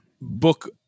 book